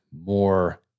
more